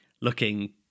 looking